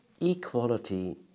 equality